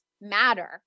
matter